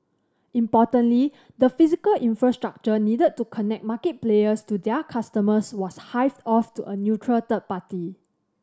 importantly the physical infrastructure needed to connect market players to their customers was hived off to a neutral third party